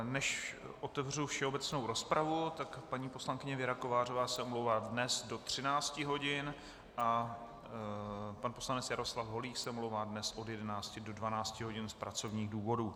Než otevřu všeobecnou rozpravu, tak paní poslankyně Věra Kovářová se omlouvá dnes do 13 hodin a pan poslanec Jaroslav Holík se omlouvá dnes od 11 do 12 hodin z pracovních důvodů.